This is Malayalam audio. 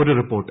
ഒരു റിപ്പോർട്ട്